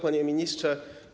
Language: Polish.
Panie Ministrze!